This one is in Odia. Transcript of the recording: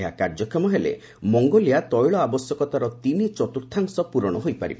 ଏହା କାର୍ଯ୍ୟକ୍ଷମ ହେଲେ ମଙ୍ଗୋଲିଆ ତେଳ ଆବଶ୍ୟକତାର ତିନିଚତୁର୍ଥାଂଶ ପୂରଣ ହୋଇପାରିବ